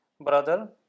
brother